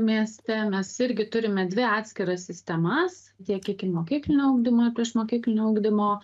mieste mes irgi turime dvi atskiras sistemas tiek ikimokyklinio ugdymo priešmokyklinio ugdymo